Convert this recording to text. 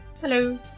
Hello